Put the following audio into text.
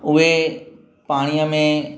उहे पाणीअ में